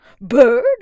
Bird